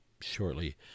shortly